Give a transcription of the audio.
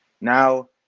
now